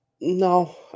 No